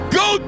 go